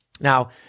Now